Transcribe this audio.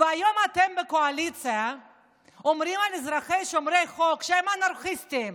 והיום אתם בקואליציה אומרים על אזרחים שומרי חוק שהם אנרכיסטים,